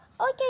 okay